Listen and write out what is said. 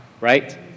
Right